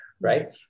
right